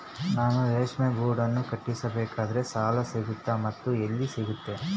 ನಾನು ರೇಷ್ಮೆ ಗೂಡನ್ನು ಕಟ್ಟಿಸ್ಬೇಕಂದ್ರೆ ಸಾಲ ಸಿಗುತ್ತಾ ಮತ್ತೆ ಎಲ್ಲಿ ಸಿಗುತ್ತೆ?